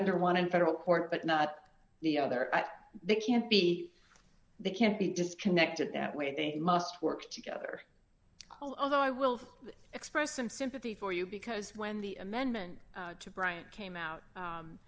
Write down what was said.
under one in federal court but not the other they can't be they can't be just connected that way they must work together all of the i will express some sympathy for you because when the amendment to bryant came out